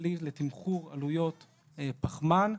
קידם כלי לתמחור עלויות פחמן.